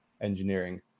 engineering